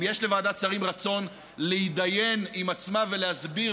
אם יש לוועדת שרים רצון להתדיין עם עצמה ולהסביר